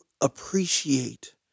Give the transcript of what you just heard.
appreciate